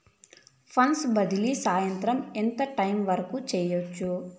funds బదిలీ సాయంత్రం ఎంత టైము వరకు చేయొచ్చు